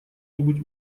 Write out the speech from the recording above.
нибудь